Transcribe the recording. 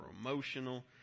emotional